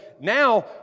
now